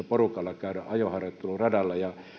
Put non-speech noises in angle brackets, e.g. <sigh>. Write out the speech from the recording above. <unintelligible> porukalla käydä ajoharjoitteluradalla ja